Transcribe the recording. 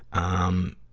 um,